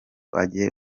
ajye